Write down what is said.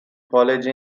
college